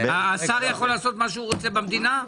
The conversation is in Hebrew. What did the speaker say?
השר יכול לעשות מה שהוא רוצה במדינה?